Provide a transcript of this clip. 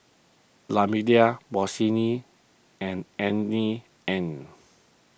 La Bossini and Annie Anne's